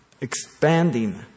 expanding